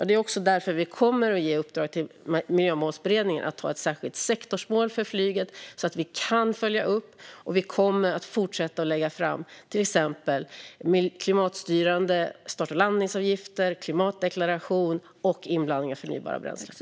Det är därför vi kommer att ge i uppdrag till Miljömålsberedningen att sätta ett särskilt sektorsmål för flyget så att vi kan följa upp det. Vi kommer att fortsätta att lägga fram till exempel klimatstyrande start och landningsavgifter, klimatdeklaration och inblandning av förnybara bränslen.